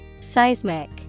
Seismic